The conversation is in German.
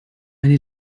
meine